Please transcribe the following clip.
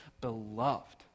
Beloved